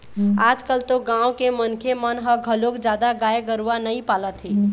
आजकाल तो गाँव के मनखे मन ह घलोक जादा गाय गरूवा नइ पालत हे